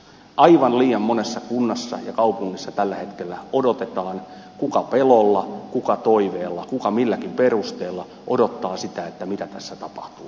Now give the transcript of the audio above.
aivan liian monessa kunnassa ja kaupungissa tällä hetkellä odotetaan kuka pelolla kuka toiveella kuka milläkin perusteella mitä tässä tapahtuu